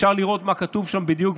אפשר לראות מה כתוב שם בדיוק.